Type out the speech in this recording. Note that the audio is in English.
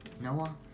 Noah